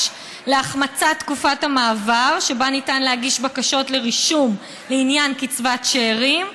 להחמצת תקופת המעבר שבה ניתן להגיש בקשות לרישום לעניין קצבת שאירים,